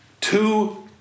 two